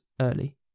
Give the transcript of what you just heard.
early